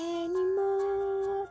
anymore